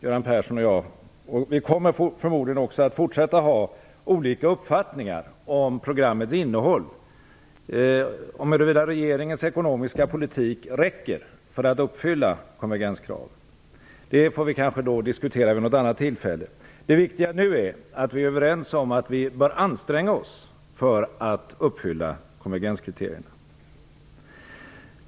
Göran Persson och jag har - och vi kommer förmodligen också att fortsätta att ha - olika uppfattningar om programmets innehåll, om huruvida regeringens ekonomiska politik räcker för att uppfylla konvergenskraven. Det får vi kanske diskutera vid något annat tillfälle. Det viktiga nu är att vi är överens om att vi bör anstränga oss för att uppfylla konvergenskriterierna.